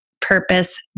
purpose